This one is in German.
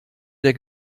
der